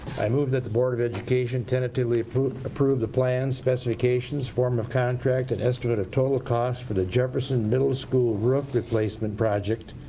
i move that the board of education tentatively approve approve the plans, specifications, form of contract and the estimate of total cost for the jefferson middle school roof replacement project.